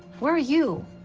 where are you?